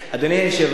אדוני היושב-ראש,